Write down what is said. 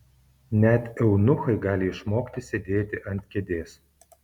net eunuchai gali išmokti sėdėti ant kėdės